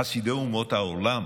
חסידי אומות העולם,